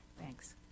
Thanks